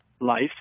life